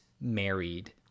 married